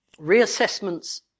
reassessments